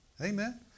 Amen